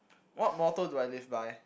what motto do I live by